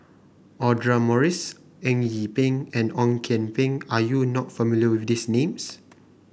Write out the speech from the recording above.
Audra Morrice Eng Yee Peng and Ong Kian Peng are you not familiar with these names